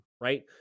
right